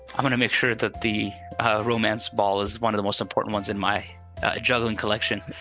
i'm going to make sure that the romance ball is one of the most important ones in my juggling collection.